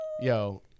Yo